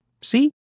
See